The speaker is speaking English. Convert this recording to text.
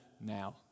now